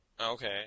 okay